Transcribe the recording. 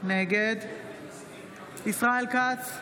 נגד ישראל כץ,